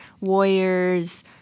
warriors